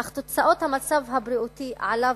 אך תוצאות המצב הבריאותי שעליו